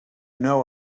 know